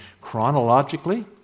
chronologically